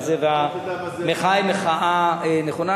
שהמחאה היא מחאה נכונה.